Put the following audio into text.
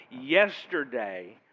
yesterday